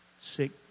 sick